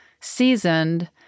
seasoned